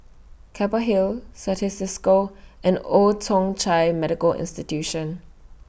Keppel Hill Certis CISCO and Old Thong Chai Medical Institution